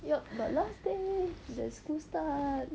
yup but last day then school start